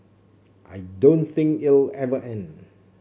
I don't think it'll ever end